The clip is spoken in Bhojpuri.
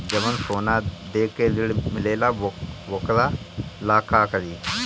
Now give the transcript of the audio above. जवन सोना दे के ऋण मिलेला वोकरा ला का करी?